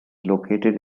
located